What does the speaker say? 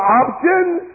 options